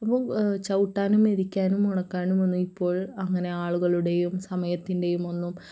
ഇപ്പം ചവിട്ടാനും മെതിക്കാനും ഉണക്കാനും ഒന്നും ഇപ്പോൾ അങ്ങനെ ആളുകളുടെയും സമയത്തിൻ്റെയും ഒന്നും